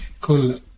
Cool